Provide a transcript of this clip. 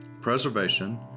preservation